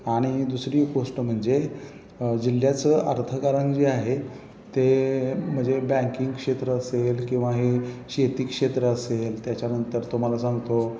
आणि दुसरी गोष्ट म्हणजे जिल्ह्याचं अर्थकारण जे आहे ते म्हजे बँकिंग क्षेत्र असेल किंवा हे शेती क्षेत्र असेल त्याच्यानंतर तुम्हाला सांगतो